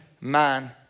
man